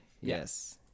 Yes